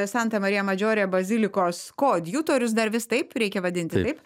santa marija madžiore bazilikos koadjutorius dar vis taip reikia vadinti taip